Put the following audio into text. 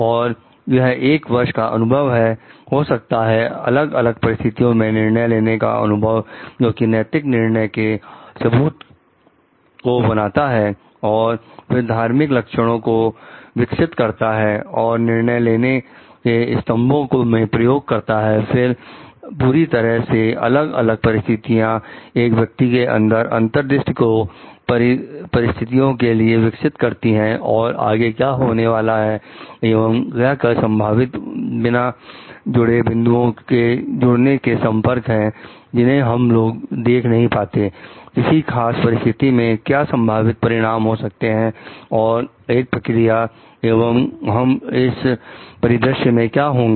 और यह 1 वर्ष का अनुभव है हो सकता है अलग अलग परिस्थितियों में निर्णय लेने का अनुभव जोकि नैतिक निर्णय के सबूत को बनाता है और फिर धार्मिक लक्षणों को को विकसित करता है और निर्णय लेने के स्तंभों में प्रयोग करता है पूरी तरह से अलग अलग परिस्थितियां एक व्यक्ति के अंदर अंतर्दृष्टि को परिस्थितियों के लिए विकसित करती है और आगे क्या होने वाला है एवं क्या क्या संभावित बिना जुड़े बिंदुओं के जुड़ने के संपर्क हैं जिन्हें हम देख नहीं पाते किसी खास परिस्थिति के क्या संभावित परिणाम हो सकते हैं और एक क्रिया एवं हम इस परिदृश्य में क्या होंगे